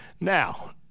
Now